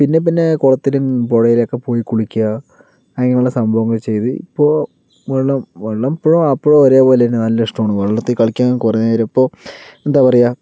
പിന്നെ പിന്നെ കുളത്തിലും പുഴയിലും ഒക്കെ പോയി കുളിക്കുക അങ്ങനെയുള്ള സംഭവങ്ങളൊക്കെ ചെയ്ത് ഇപ്പോൾ വെള്ളം വെള്ളം ഇപ്പോഴും അപ്പോഴും ഒരേ പോലെ തന്നെ നല്ല ഇഷ്ടമാണ് വെള്ളത്തിൽ കളിക്കാൻ കുറെ നേരം ഇപ്പോൾ എന്താ പറയുക